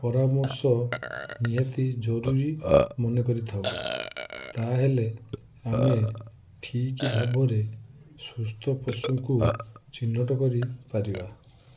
ପରାମର୍ଶ ନିହାତି ଜରୁରୀ ମନେ କରିଥାଉ ତାହେଲେ ଆମେ ଠିକ୍ ଭାବରେ ସୁସ୍ଥ ପଶୁକୁ ଚିହ୍ନଟ କରିପାରିବା